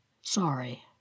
Sorry